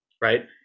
right